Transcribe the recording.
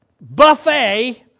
Buffet